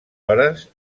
hores